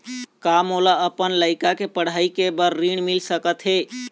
का मोला अपन लइका के पढ़ई के बर ऋण मिल सकत हे?